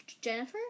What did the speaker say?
Jennifer